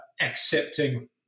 accepting